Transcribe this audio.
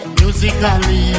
musically